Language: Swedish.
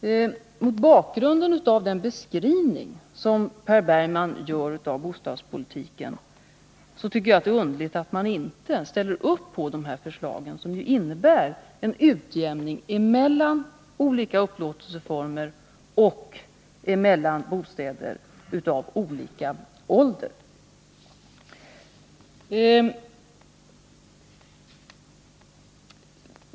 Mot bakgrund av den beskrivning som Per Bergman gör av bostadspolitiken är det underligt att socialdemokraterna inte ställer sig bakom regeringens förslag, som ju innebär en utjämning mellan olika upplåtelseformer och mellan bostäder av olika ålder.